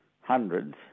hundreds